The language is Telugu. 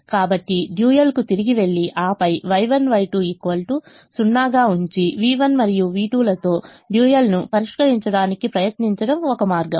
కాకాబట్టి డ్యూయల్కు తిరిగి వెళ్లి ఆపై Y1 Y2 0 గా వుంచి v1 మరియు v2 లతో డ్యూయల్ను పరిష్కరించడానికి ప్రయత్నించడం ఒక మార్గం